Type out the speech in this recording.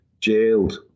jailed